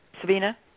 Sabina